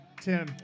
Tim